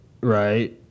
right